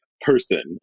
person